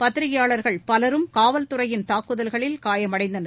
பத்திரிகையாளர்கள் பலரும் காவல்துறையின் தாக்குதல்களில் காயமடைந்தனர்